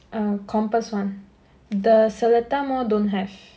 err compass one the seletar mall don't have